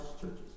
churches